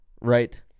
right